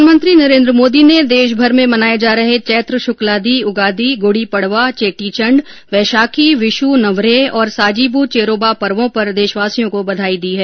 प्रधानमंत्री नरेन्द्र मोदी ने देशभर में मनाए जा रहे चैत्र शुक्लादि उगादी गुडी पडवा चेटी चंड वैशाखी विशु नवरेह और साजिबू चेरोबा पर्वो पर देशवासियों को बधाई दी है